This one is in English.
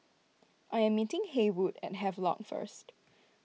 I am meeting Haywood at Havelock first